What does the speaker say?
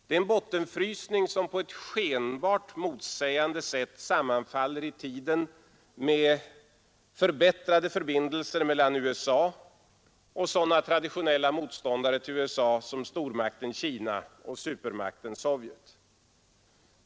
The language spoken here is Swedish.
Det är en bottenfrysning som på ett skenbart motsägande sätt sammanfaller i tiden med förbättrade förbindelser mellan USA och sådana traditionella motståndare till USA som stormakten Kina och supermakten Sovjet.